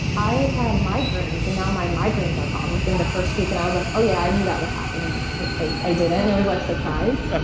i had migraines and now my migraines are gone within the first week and i was like, oh yeah, i knew that would happen and i didn't, and i was like surprised. ah